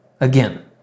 again